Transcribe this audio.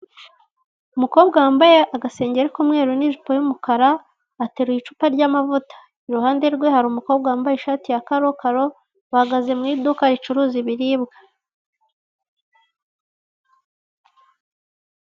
Umukobwa wambaye agasengeri k'umweru n'ijipo y'umukara ateruye icupa ry'amavuta. Iruhande rwe hari umukobwa wambaye ishati ya karokaro, ahagaze mu iduka ricuruza ibiribwa.